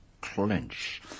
clench